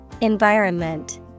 environment